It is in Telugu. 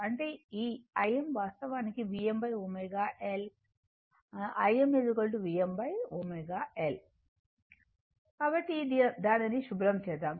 అంటే ఈ Im వాస్తవానికి Vmω L Im Vmω L కాబట్టి దానిని శుభ్రం చేద్దాం